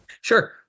Sure